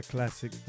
classic